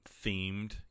themed